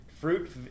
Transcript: Fruit